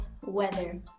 weather